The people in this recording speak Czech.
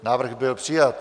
Návrh byl přijat.